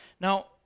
Now